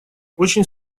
очень